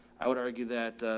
i would argue that, ah,